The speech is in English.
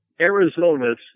Arizona's